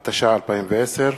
התש"ע-2010,